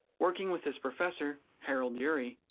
working with his professor, harold urey,